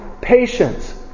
patience